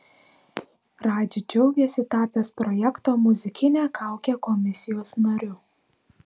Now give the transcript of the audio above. radži džiaugiasi tapęs projekto muzikinė kaukė komisijos nariu